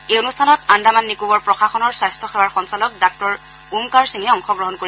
এই অনুষ্ঠানত আন্দামান নিকোবৰ প্ৰশাসনৰ স্বাস্থ্য সেৱাৰ সঞ্চালক ডাঃ ওমকাৰ সিঙে অংশগ্ৰহণ কৰিব